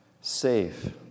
safe